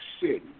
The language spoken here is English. City